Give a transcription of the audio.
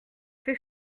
fait